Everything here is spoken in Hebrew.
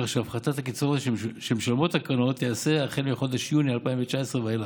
כך שהפחתת הקצבאות שמשלמות הקרנות תיעשה מחודש יוני 2019 ואילך,